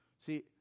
See